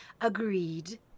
agreed